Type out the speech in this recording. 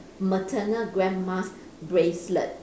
maternal grandma's bracelet